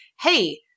hey